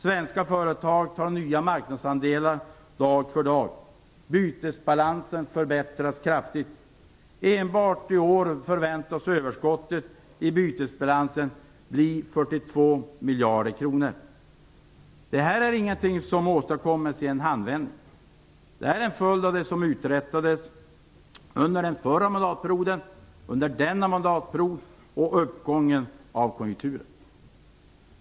Svenska företag tar nya marknadsandelar dag för dag. Bytesbalansen förbättras kraftigt. Enbart i år förväntas överskottet i bytesbalansen bli 42 miljarder kronor. Detta är inget som har åstadkommits i en handvändning, utan det är en följd av det som uträttades under den förra mandatperioden, under denna mandatperiod och genom uppgången i konjunkturen.